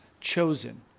chosen